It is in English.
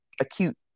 acute